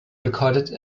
recorded